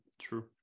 True